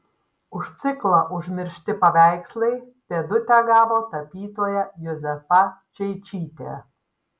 už ciklą užmiršti paveikslai pėdutę gavo tapytoja juzefa čeičytė